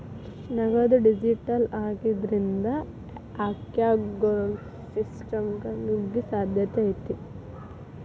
ನಗದು ಡಿಜಿಟಲ್ ಆಗಿದ್ರಿಂದ, ಹ್ಯಾಕರ್ಗೊಳು ಸಿಸ್ಟಮ್ಗ ನುಗ್ಗೊ ಸಾಧ್ಯತೆ ಐತಿ